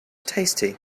tasty